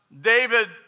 David